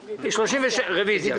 רוויזיה.